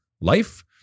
life